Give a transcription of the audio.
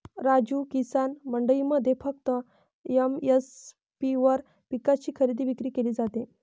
राजू, किसान मंडईमध्ये फक्त एम.एस.पी वर पिकांची खरेदी विक्री केली जाते